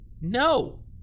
No